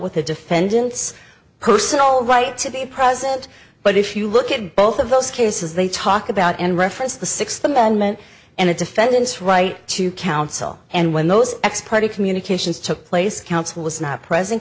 with the defendant's personal right to be present but if you look at both of those cases they talk about and reference the sixth amendment and a defendant's right to counsel and when those x party communications took place counsel was not present